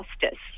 justice